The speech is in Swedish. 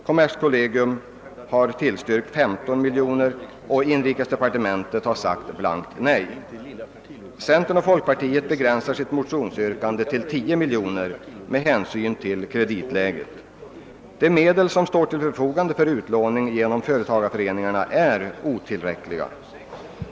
Kommerskollegium har tillstyrkt 15 miljoner kronor, medan inrikesdepartementet har sagt ett blankt nej. Centern och folkpartiet begränsar sitt motionsyrkande till 10 miljoner kronor med hänsyn till kreditläget. De medel som står till förfogande för utlåning genom företagareföreningarna är helt otillräckliga.